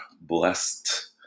blessed